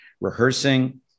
rehearsing